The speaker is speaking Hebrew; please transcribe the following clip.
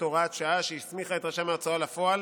הוראת שעה שהסמיכה את רשם ההוצאה לפועל